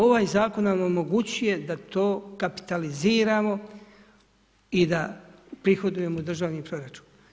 Ovaj Zakon nam omogućuje da to kapitaliziramo i da uprihodujemo u državni proračun.